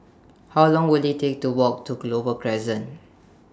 How Long Will IT Take to Walk to Clover Crescent